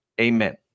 amen